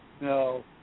no